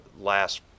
last